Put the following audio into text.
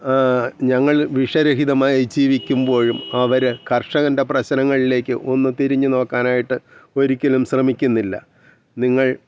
ഞങ്ങൾ വിഷരഹിതമായി ജീവിക്കുമ്പോഴും അവർ കർഷകൻ്റെ പ്രശ്നങ്ങളിലേക്ക് ഒന്ന് തിരിഞ്ഞ് നോക്കാനായിട്ട് ഒരിക്കലും ശ്രമിക്കുന്നില്ല നിങ്ങൾ